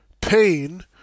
pain